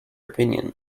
opinion